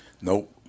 Nope